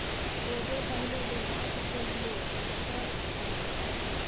कोदो पहिले देहात केर लोक सब खाइत रहय